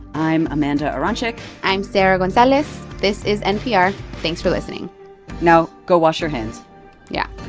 i'm amanda aronczyk i'm sarah gonzalez. this is npr. thanks for listening now go wash your hands yeah,